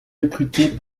recruté